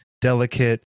delicate